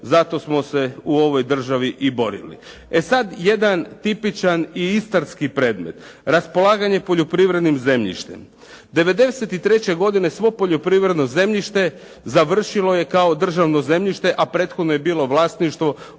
Zato smo se u ovoj državi i borili. E sad jedan tipičan i istarski predmet. Raspolaganje poljoprivrednim zemljištem. '93. godine svo poljoprivredno zemljište završilo je kao državno zemljište, a prethodno je bilo vlasništvo